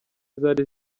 zari